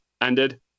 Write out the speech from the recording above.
ended